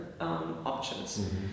options